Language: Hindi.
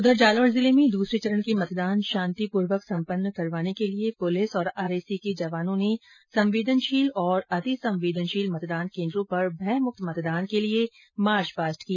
उधर जालौर जिले में दूसरे चरण के मतदान शांतिपूर्ण संपन्न करवाने के लिए पुलिस और आरएसी के जवानों ने संवेदनशील और अतिसंवेदनशील मतदान केंद्रों पर भयमुक्त मतदान के लिए मार्च पास्ट किया